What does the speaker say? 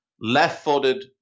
Left-footed